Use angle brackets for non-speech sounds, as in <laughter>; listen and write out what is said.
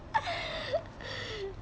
<breath> <breath>